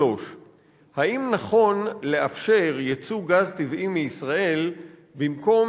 3. האם נכון לאפשר ייצוא גז טבעי מישראל במקום